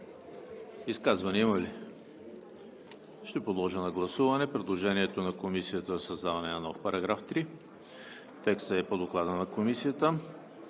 изказвания? Ще подложа на гласуване предложението на Комисията за създаване на нов § 3 – текстът е по Доклада на Комисията;